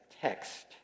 text